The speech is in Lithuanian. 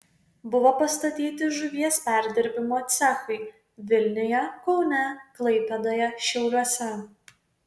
buvo pastatyti žuvies perdirbimo cechai vilniuje kaune klaipėdoje šiauliuose